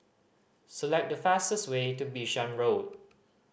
select the fastest way to Bishan Road